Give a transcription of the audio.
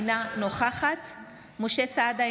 אינה נוכחת משה סעדה,